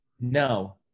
No